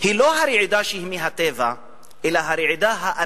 היא לא הרעידה שהיא מהטבע,